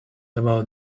about